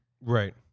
Right